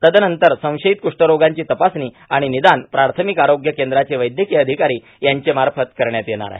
तद्नंतर संशयित कुष्ठरोगांची तपासणी आणि निदान प्राथमिक आरोग्य केंद्राचे वैद्यकीय अधिकारी यांचे मार्फत करण्यात येणार आहे